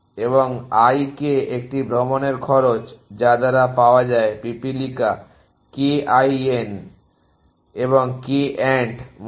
এবং l k একটি ভ্রমণের খরচ যা দ্বারা পাওয়া যায় পিপীলিকা Kin এবং k ant মূলত